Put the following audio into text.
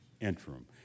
interim